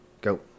Go